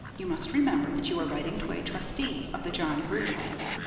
you must remember that you are writing to a trustee of the john grier home